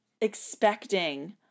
expecting